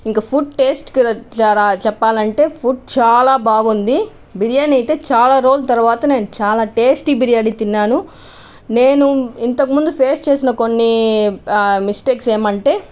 ఇంకా food taste చెప్పాలంటే food చాలా బాగుంది బిర్యానీ అయితే చాలా రోజుల తరువాత నేను చాలా టేస్టీ బిర్యానీ తిన్నాను నేను ఇంతకు ముందు ఫేస్ చేసిన కొన్ని మిస్టేక్స్ ఏమంటే